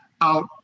out